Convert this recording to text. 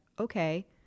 okay